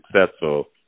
successful